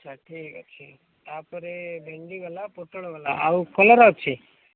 ଷାଠିଏ ଅଛି ତାପରେ ଭେଣ୍ଡି ଗଲା ପୋଟଳ ଗଲା ଆଉ କଲରା ଅଛି